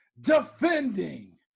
defending